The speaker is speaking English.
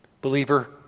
believer